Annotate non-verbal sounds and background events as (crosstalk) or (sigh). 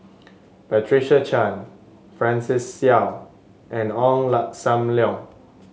Patricia Chan Francis Seow and Ong (unintelligible) Sam Leong